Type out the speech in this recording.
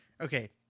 Okay